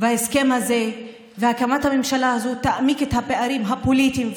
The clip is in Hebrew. ההסכם הזה והקמת הממשלה הזאת יעמיקו את הפערים הפוליטיים,